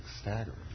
staggering